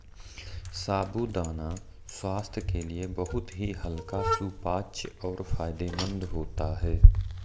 साबूदाना स्वास्थ्य के लिए बहुत ही हल्का सुपाच्य और फायदेमंद होता है